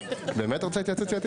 באמת את רוצה התייעצות סיעתית?